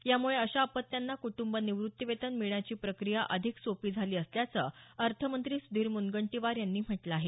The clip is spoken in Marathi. यामुळे अशा अपत्यांना कुटुंब निव्रत्तीवेतन मिळण्याची प्रक्रिया अधिक सोपी झाली असल्याचं अर्थमंत्री सुधीर मुनगंटीवार यांनी म्हटलं आहे